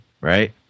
right